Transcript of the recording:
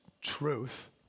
truth